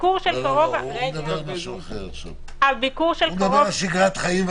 הוא מדבר על שגרת חיים.